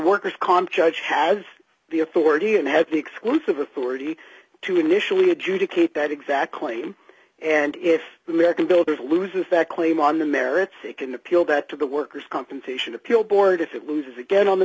worker's comp judge has the authority and has the exclusive authority to initially adjudicate that exact claim and if the american builders loses that claim on the merits it can appeal that to the workers compensation appeal board if it loses again on the